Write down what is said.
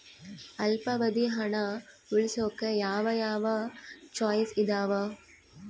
ಅಲ್ಪಾವಧಿ ಹಣ ಉಳಿಸೋಕೆ ಯಾವ ಯಾವ ಚಾಯ್ಸ್ ಇದಾವ?